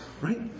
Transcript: right